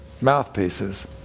mouthpieces